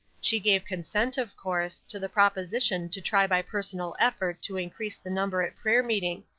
she gave consent, of course, to the proposition to try by personal effort to increase the number at prayer-meeting.